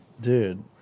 Dude